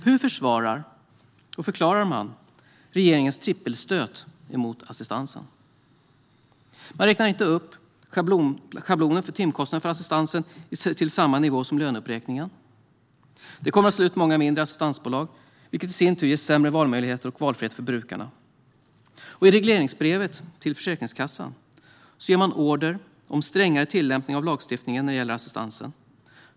Hur försvarar och förklarar man regeringens trippelstöt mot assistansen? Regeringen räknar inte upp schablonen för timkostnaden för assistansen till samma nivå som löneuppräkningen. Det kommer att slå ut många mindre assistansbolag, vilket i sin tur ger sämre valmöjligheter och valfrihet för brukarna. I regleringsbrevet till Försäkringskassan ger man order om strängare tillämpning av lagstiftningen när det gäller assistansen.